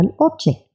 object